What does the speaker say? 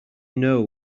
know